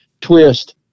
twist